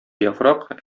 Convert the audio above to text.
яфрак